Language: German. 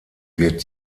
wird